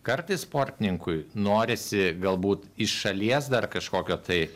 kartais sportininkui norisi galbūt iš šalies dar kažkokio tai